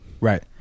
right